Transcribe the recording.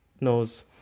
knows